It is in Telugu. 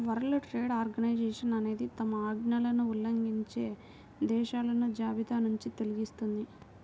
వరల్డ్ ట్రేడ్ ఆర్గనైజేషన్ అనేది తమ ఆజ్ఞలను ఉల్లంఘించే దేశాలను జాబితానుంచి తొలగిస్తుంది